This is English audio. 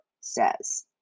says